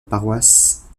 paroisse